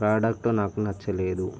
product నాకు నచ్చలేదు